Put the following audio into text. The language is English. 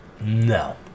No